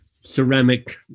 ceramic